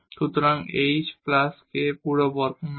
সুতরাং h plus k পুরো বর্গ হবে